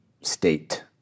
state